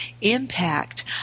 impact